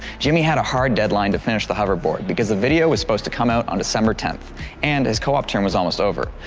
jimmy had a hard deadline to finish the hoverboard because the video was supposed to come out on december tenth and his co-op term was almost over,